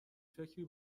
فکری